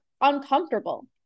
uncomfortable